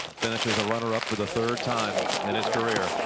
finishes a runner-up for the third time in his career.